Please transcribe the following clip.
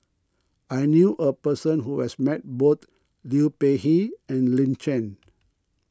I knew a person who has met both Liu Peihe and Lin Chen